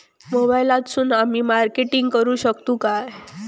मोबाईलातसून आमी मार्केटिंग करूक शकतू काय?